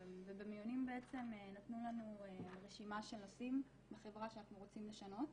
ובמיונים נתנו לנו רשימה של נושאים בחברה שאנחנו רוצים לשנות,